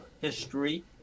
history